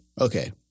Okay